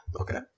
Okay